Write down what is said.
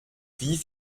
wie